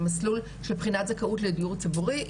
למסלול של בחינת זכאות לדיור הציבורי,